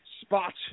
spot